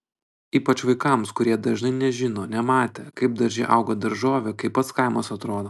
ypač vaikams kurie dažnai nežino nematę kaip darže auga daržovė kaip pats kaimas atrodo